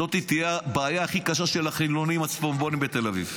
זו תהיה הבעיה הכי קשה של החילונים הצפונבונים בתל אביב,